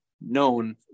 known